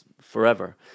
forever